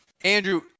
Andrew